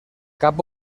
cap